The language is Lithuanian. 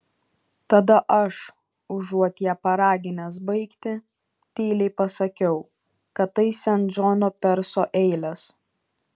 tada aš užuot ją paraginęs baigti tyliai pasakiau kad tai sen džono perso eilės